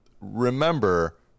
remember